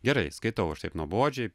gerai skaitau aš taip nuobodžiai